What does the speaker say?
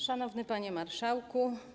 Szanowny Panie Marszałku!